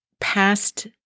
past